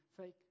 fake